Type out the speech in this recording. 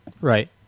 Right